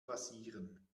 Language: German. rasieren